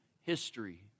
history